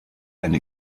eine